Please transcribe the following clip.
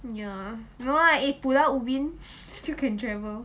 ya no lah eh pulau ubin still can travel